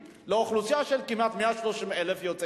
אני רוצה לציין שיש ירידה של כ-30% במקרי העיוורון